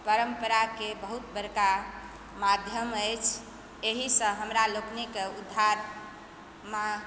परम्पराके बहुत बड़का माध्यम अछि एहिसँ हमरा लोकनिकेँ उद्धार माँ